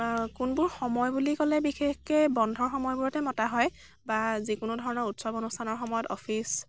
কোনবোৰ সময় বুলি ক'লে বিশেষকৈ বন্ধ সময়বোৰতে মতা হয় বা যিকোনো ধৰণৰ উৎসৱ অনুষ্ঠানৰ সময়ত অফিচ